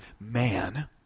man